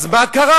אז מה קרה?